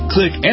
Click